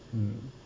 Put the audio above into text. mm